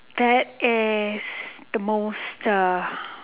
that is the most uh